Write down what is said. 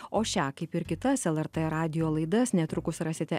o šią kaip ir kitas lrt radijo laidas netrukus rasite